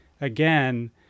again